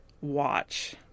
watch